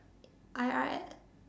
I R